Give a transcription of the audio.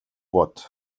бод